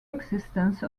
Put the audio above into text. existence